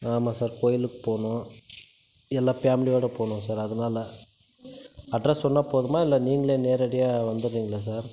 ஆமாம் சார் கோயிலுக்கு போகணும் எல்லாம் ஃபேம்லியோடு போகணும் சார் அதனால அட்ரெஸ் சொன்னால் போதுமா இல்லை நீங்களே நேரடியாக வந்துடறிங்களா சார்